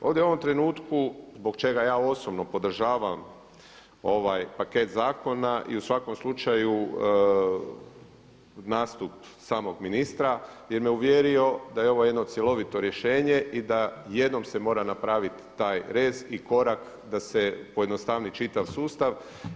Ovdje u ovom trenutku zbog čega ja osobno podržavam ovaj paket zakona i u svakom slučaju nastup samog ministra jer me uvjerio da je ovo jedno cjelovito rješenje i da jednom se mora napraviti taj rez i korak da se pojednostavni čitav sustav.